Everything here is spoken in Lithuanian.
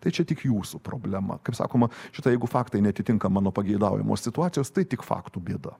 tai čia tik jūsų problema kaip sakoma šita jeigu faktai neatitinka mano pageidaujamos situacijos tai tik faktų bėda